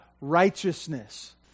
righteousness